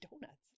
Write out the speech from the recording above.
donuts